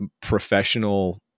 professional